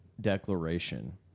declaration